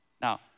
Now